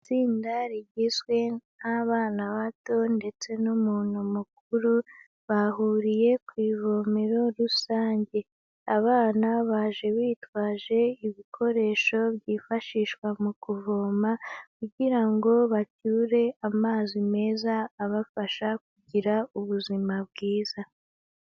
Itsinda rigizwe n'abana bato ndetse n'umuntu mukuru bahuriye ku ivomero rusange, abana baje bitwaje ibikoresho byifashishwa mu kuvoma kugira ngo bacyure amazi meza abafasha kugira ubuzima bwiza.